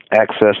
access